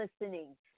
listening